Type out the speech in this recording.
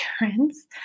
insurance